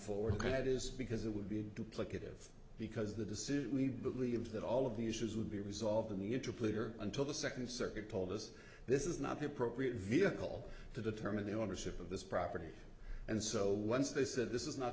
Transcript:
for that is because it would be duplicative because the decision we believed that all of the issues would be resolved in the year two polluter until the second circuit told us this is not the appropriate vehicle to determine the ownership of this property and so once they said this is not